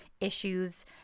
issues